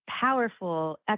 powerful